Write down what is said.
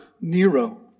Nero